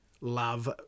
Love